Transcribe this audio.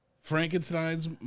frankenstein's